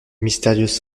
mystérieuse